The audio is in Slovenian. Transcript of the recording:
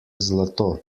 zlato